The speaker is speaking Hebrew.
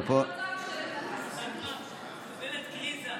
אני רוצה עוד שתי דקות.